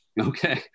okay